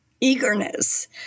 eagerness